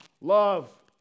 love